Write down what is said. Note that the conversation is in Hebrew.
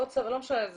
לא משנה,